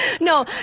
no